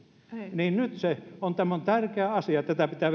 ja nyt tämä on tärkeä asia tätä pitää